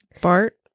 Bart